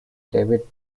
david